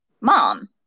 mom